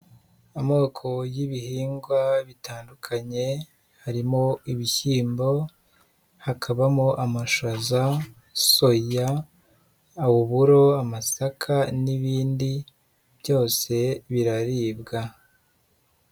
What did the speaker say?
Amoko y'ibihingwa bitandukanye harimo ibishyimbo, hakabamo amashaza, soya, uburo, amasaka n'ibindi, byose biraribwa.